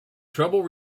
trouble